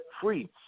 free